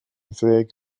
ddeg